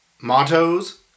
mottos